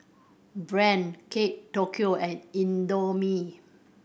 Brand Kate Tokyo and Indomie